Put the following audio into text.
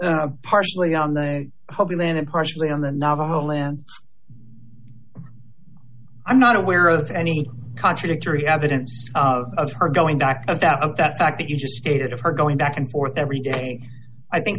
the partially on the holy land and partially on the navajo land i'm not aware of any contradictory evidence of her going back to that fact that you just stated of her going back and forth every day i think